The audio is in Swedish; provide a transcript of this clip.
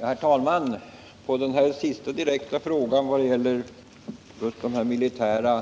Herr talman! På den direkta frågan, som gäller att militära